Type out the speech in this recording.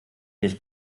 nicht